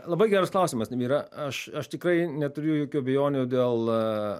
labai geras klausimas nemira aš aš tikrai neturiu jokių abejonių dėl